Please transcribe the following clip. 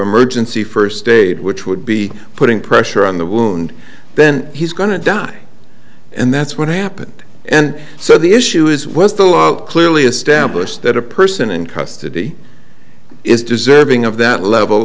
emergency first aid which would be putting pressure on the wound then he's going to die and that's what happened and so the issue is was the law clearly established that a person in custody is deserving of that level